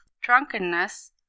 Drunkenness